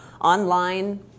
online